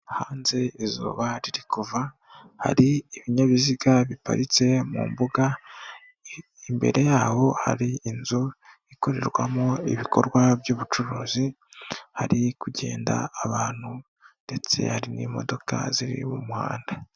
Hanze izuba ri kuva hari ibinyabiziga biparitse mu mbuga, imbere yabo hari inzu ikorerwamo ibikorwa by'ubucuruzi, hari kugenda abantu ndetse hari n'imodoka ziri mu muhanda.